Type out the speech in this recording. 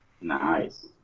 Nice